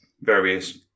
various